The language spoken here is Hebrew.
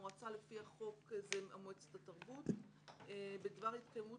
המועצה לפי החוק זה מועצת התרבות - בדבר התקיימות